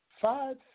Five